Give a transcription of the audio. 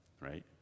right